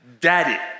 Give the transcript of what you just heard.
Daddy